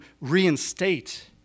reinstate